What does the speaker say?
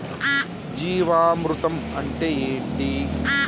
జీవామృతం అంటే ఏంటి?